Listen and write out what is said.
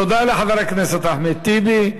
תודה לחבר הכנסת אחמד טיבי.